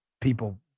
people